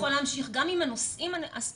אותו מתווה יכול להמשיך גם אם הנושאים הספציפיים,